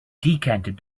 decanted